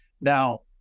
Now